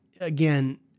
again